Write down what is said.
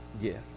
gift